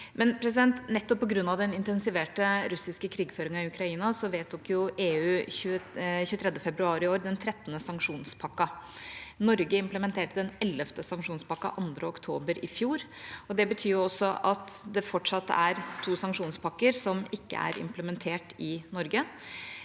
artillerigranatene. Nettopp på grunn av den intensiverte russiske krigføringen i Ukraina vedtok EU den 23. februar i år den 13. sanksjonspakken. Norge implementerte den ellevte sanksjonspakken 2. oktober i fjor. Det betyr at det fortsatt er to sanksjonspakker som ikke er implementert i Norge.